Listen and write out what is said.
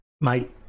Mate